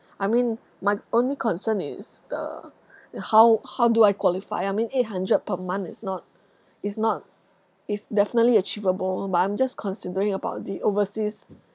I mean my only concern is the uh how how do I qualify I mean eight hundred per month is not is not is definitely achievable but I'm just considering about the overseas